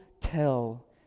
tell